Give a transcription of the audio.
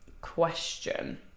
question